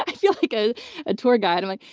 and feel like ah a tour guide. i'm like,